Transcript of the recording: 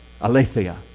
aletheia